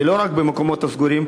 ולא רק במקומות הסגורים,